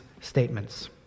statements